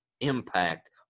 impact